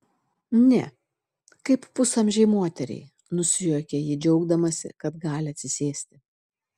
ne kaip pusamžei moteriai nusijuokia ji džiaugdamasi kad gali atsisėsti